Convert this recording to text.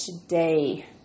today